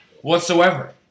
whatsoever